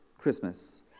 Christmas